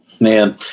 Man